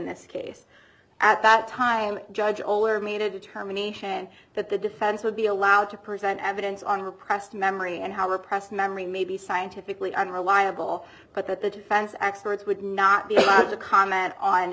this case at that time judge older mean a determination that the defense would be allowed to present evidence on repressed memory and how repressed memory may be scientifically unreliable but that the defense experts would not be allowed to comment on